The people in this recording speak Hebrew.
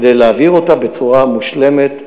כדי להעביר אותה בצורה מושלמת,